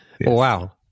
Wow